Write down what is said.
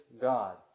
God